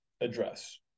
address